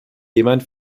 jemand